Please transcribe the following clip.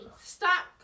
Stop